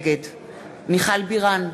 נגד מיכל בירן,